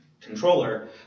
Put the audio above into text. controller